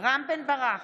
רם בן ברק,